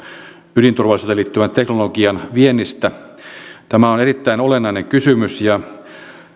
ydinturvallisuuteen liittyvän teknologian viennistä tämä on erittäin olennainen kysymys ja